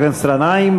תודה לחבר הכנסת גנאים.